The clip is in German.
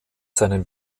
seinen